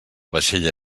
vaixella